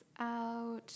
out